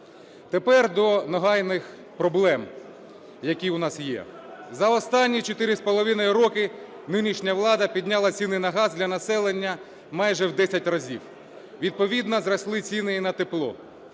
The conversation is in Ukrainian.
Тепер до нагальних проблем, які у нас є. За останні 4,5 роки нинішня влада підняла ціни на газ для населення майже в 10 разів. Відповідно зросли ціни і на тепло.